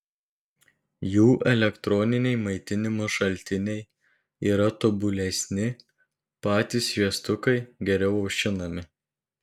jų elektroniniai maitinimo šaltiniai yra tobulesni patys šviestukai geriau aušinami